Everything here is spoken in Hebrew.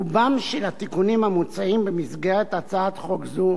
רוב התיקונים המוצעים במסגרת הצעת חוק זו